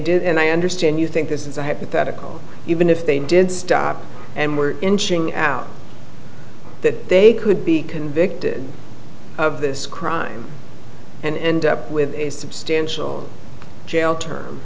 did and i understand you think this is a hypothetical even if they did stop and we're inching out that they could be convicted of this crime and up with a substantial jail term